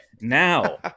now